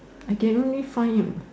I can only fond